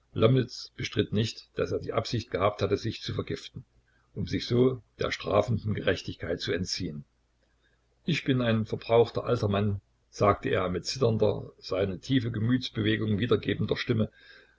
bestritt nicht daß er die absicht gehabt hatte sich zu vergiften um sich so der strafenden gerechtigkeit zu entziehen ich bin ein verbrauchter alter mann sagte er mit zitternder seine tiefe gemütsbewegung wiedergebender stimme